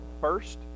first